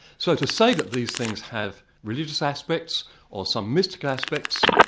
so to say that these things have religious aspects or some mystical aspects,